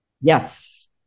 Yes